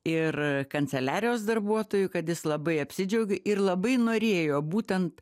ir kanceliarijos darbuotojų kad jis labai apsidžiaugė ir labai norėjo būtent